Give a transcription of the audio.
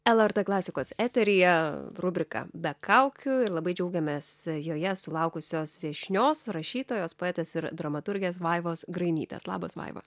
lrt klasikos eteryje rubrika be kaukių ir labai džiaugiamės joje sulaukusios viešnios rašytojos poetės ir dramaturgės vaivos grainytės labas vaiva